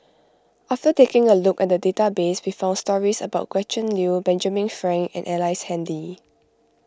after taking a look at the database we found stories about Gretchen Liu Benjamin Frank and Ellice Handy